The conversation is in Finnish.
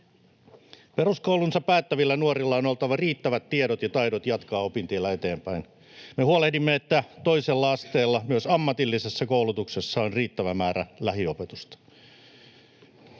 Peruskoulunsa päättävillä nuorilla on oltava riittävät tiedot ja taidot jatkaa opintiellä eteenpäin. Me huolehdimme, että toisella asteella myös ammatillisessa koulutuksessa on riittävä määrä lähiopetusta.